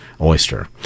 oyster